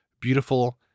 beautiful